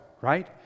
right